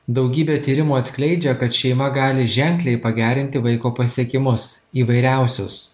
daugybė tyrimų atskleidžia kad šeima gali ženkliai pagerinti vaiko pasiekimus įvairiausius